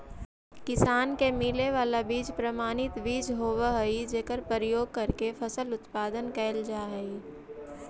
किसान के मिले वाला बीज प्रमाणित बीज होवऽ हइ जेकर प्रयोग करके फसल उत्पादन कैल जा हइ